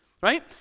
right